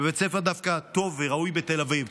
דווקא בבית ספר טוב וראוי בתל אביב.